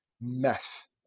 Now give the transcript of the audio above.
mess